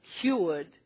cured